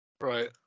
Right